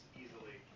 easily